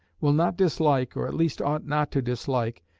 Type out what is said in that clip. will not dislike, or at least ought not to dislike,